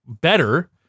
better